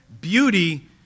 beauty